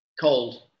Cold